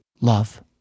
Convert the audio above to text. love